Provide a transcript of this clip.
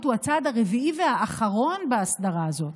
הוא הצעד הרביעי והאחרון בהסדרה הזאת,